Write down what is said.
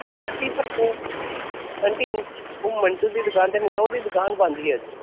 aunty ਪਰ ਉਹ aunty aunty ਉਹ ਮੰਟੂ ਦੀ ਦੁਕਾਨ 'ਤੇ ਨਹੀਂ ਆ ਉਹਦੀ ਦੁਕਾਨ ਬੰਦ ਸੀ ਅੱਜ